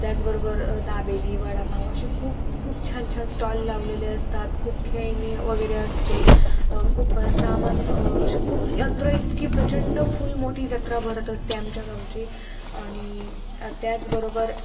त्याचबरोबर दाबेली वडापाव असे खूप खूप छान छान स्टॉल लावलेले असतात खूप खेळणे वगैरे असते खूप सामान खूप यात्रा इतकी प्रचंड फूल मोठी जत्रा भरत असते आमच्या गावची आणि त्याचबरोबर